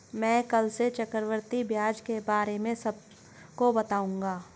मैं कल से चक्रवृद्धि ब्याज के बारे में सबको बताऊंगा